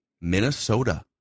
Minnesota